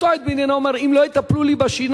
אותו עד מדינה אומר: אם לא יטפלו לי בשיניים,